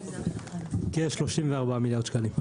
כ-34 מיליארד שקלים.